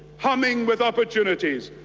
humming with opportunities,